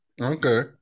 Okay